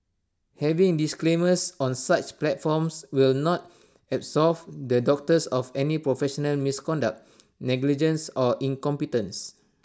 having disclaimers on such platforms will not absolve the doctors of any professional misconduct negligence or incompetence